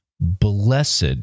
Blessed